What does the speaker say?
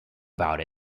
about